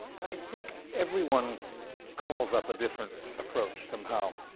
i think everyone calls up a different approach, somehow.